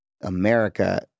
America